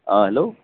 অ hello